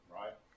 right